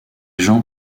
jean